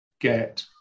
get